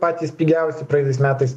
patys pigiausi praeitais metais